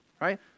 right